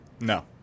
No